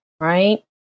right